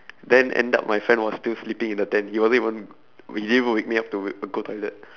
then end up my friend was still sleeping in the tent he wasn't even he didn't even wake me up to go toilet